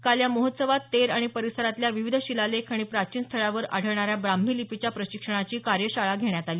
काल या महोत्सवात तेर आणि परिसरातल्या विविध शिलालेख आणि प्राचीन स्थळावर आढळणाऱ्या ब्राम्ही लिपीच्या प्रशिक्षणाची कार्यशाळा घेण्यात आली